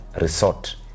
Resort